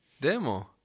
demo